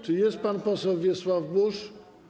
Czy jest pan poseł Wiesław Buż?